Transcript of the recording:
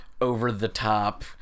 over-the-top